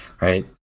right